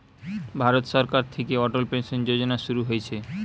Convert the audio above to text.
ভারত সরকার থিকে অটল পেনসন যোজনা শুরু হইছে